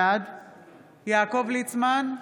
בעד יעקב ליצמן,